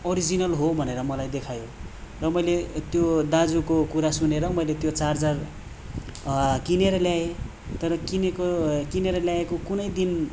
original हो भनेर मलाई देखायो र मैले त्यो दाजुको कुरा सुनेर त्यो मैले चार्जर किनेर ल्याएँ तर किनेको किनेर ल्याएको कुनै दिन